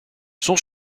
son